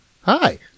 Hi